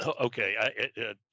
Okay